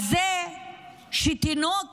תינוק